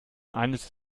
eines